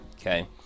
okay